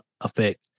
effect